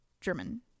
German